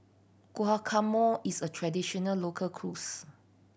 guacamole is a traditional local cuisine